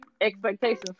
expectations